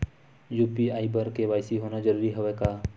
UPI बर KYC होना जरूरी हवय का?